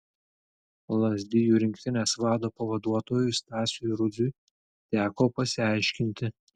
lazdijų rinktinės vado pavaduotojui stasiui rudziui teko pasiaiškinti